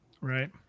Right